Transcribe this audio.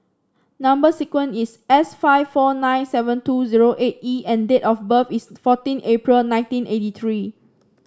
number sequence is S five four nine seven two zero eight E and date of birth is fourteen April nineteen eighty three